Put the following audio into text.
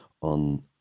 on